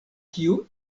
kiu